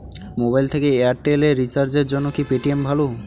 Mobile থেকে Airtel এ রিচার্জের জন্য কি পেটিএম ভালো?